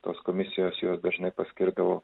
tos komisijos juos dažnai paskirdavo